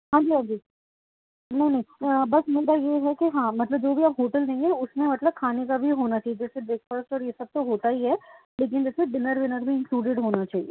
ہاں جی ہاں جی نہیں نہیں بس مدعا یہ ہے ہاں مطلب جو بھی آپ ہوٹل دیں گے اس میں مطلب کھانے کا بھی ہونا چاہیے جیسے بریک فاسٹ اور یہ سب تو ہوتا ہی ہے لیکن جیسے ڈنر ونر بھی انکلوڈیڈ ہونا چاہیے